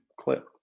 clip